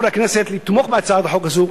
לתמוך בהצעת החוק הזאת,